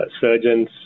surgeons